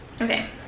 okay